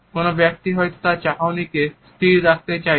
কোন ব্যক্তি হয়তো তার চাহনিকে স্থির রাখতে চাইছেন